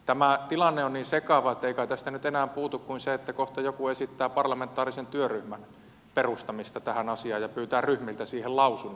tämä tilanne on niin sekava että ei kai tästä enää puutu kuin se että kohta joku esittää parlamentaarisen työryhmän perustamista tähän asiaan ja pyytää ryhmiltä siihen lausunnot